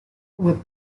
what